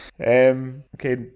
Okay